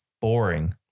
Boring